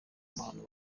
amahano